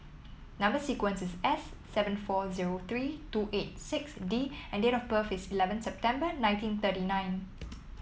number sequence is S seven four zero three two eight six D and date of birth is eleven September nineteen thirty nine